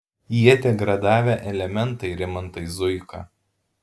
jie degradavę elementai rimantai zuika